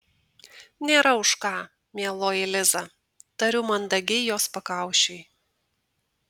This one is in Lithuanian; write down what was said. nėra už ką mieloji liza tariu mandagiai jos pakaušiui